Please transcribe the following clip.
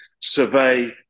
survey